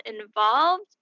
involved